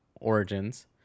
Origins